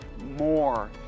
more